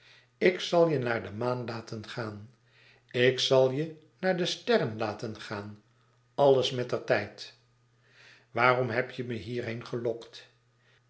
antwoordde hij ikzalje naar de maan laten gaan ik zal je naar de sterren laten gaan alles mettertijd waarom heb je me hierheen gelokt